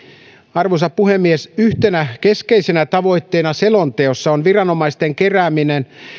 arvoisa puhemies yhtenä keskeisenä tavoitteena selonteossa on viranomaisten keräämien